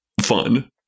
fun